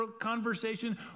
conversation